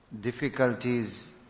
difficulties